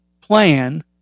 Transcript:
plan